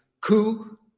coup